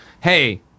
hey